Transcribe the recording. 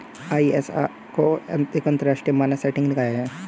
ISO एक अंतरराष्ट्रीय मानक सेटिंग निकाय है